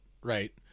right